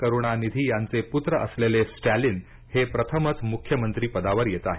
करुणानिधी यांचे पुत्र असलेले स्टॅलिन हे प्रथमच मुख्यमंत्री पदावर येत आहेत